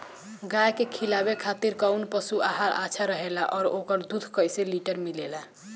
गाय के खिलावे खातिर काउन पशु आहार अच्छा रहेला और ओकर दुध कइसे लीटर मिलेला?